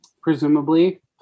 presumably